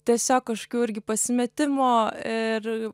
tiesiog kažkokių irgi pasimetimo ir